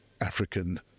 African